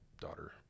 daughter